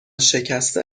شکسته